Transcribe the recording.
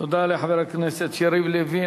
תודה לחבר הכנסת יריב לוין.